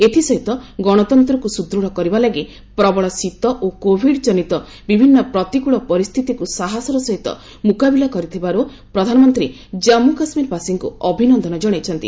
ଏଥିସହିତ ଗଣତନ୍ତ୍ରକୁ ସୁଦୃଢ଼ କରିବା ଲାଗି ପ୍ରବଳ ଶୀତ ଓ କୋଭିଡ୍କନିତ ବିଭିନ୍ନ ପ୍ରତିକଳ ପରିସ୍ଥିତିକୁ ସାହସର ସହିତ ମୁକାବିଲା କରିଥିବାରୁ ପ୍ରଧାନମନ୍ତ୍ରୀ ଜାମ୍ମୁ କାଶ୍ମୀରବାସୀଙ୍କୁ ଅଭିନନ୍ଦନ କଣାଇଛନ୍ତି